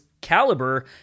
caliber